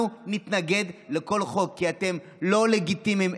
אנחנו נתנגד לכל חוק, כי אתם לא לגיטימיים.